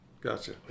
Gotcha